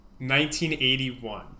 1981